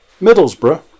Middlesbrough